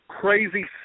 crazy